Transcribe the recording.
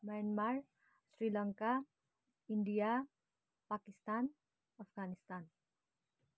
Myanmar Sri Lanka India Pakistan Afghanistan